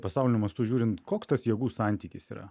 pasauliniu mastu žiūrint koks tas jėgų santykis yra